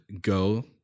go